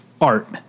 art